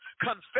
confess